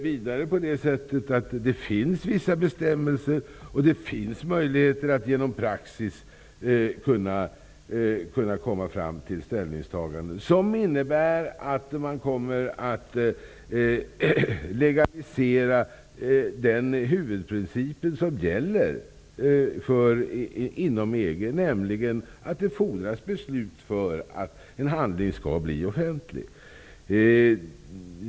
Vidare finns det vissa bestämmelser och möjligheter att genom praxis komma fram till ställningstaganden som innebär att man legaliserar den huvudprincip som gäller inom EG, nämligen att det fordras beslut för att en handling skall bli offentlig.